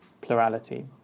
plurality